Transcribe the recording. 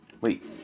Wait